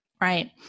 Right